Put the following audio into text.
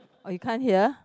oh you can't hear